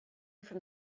from